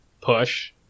Push